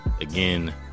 again